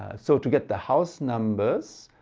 ah so to get the house numbers,